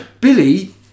Billy